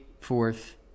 fourth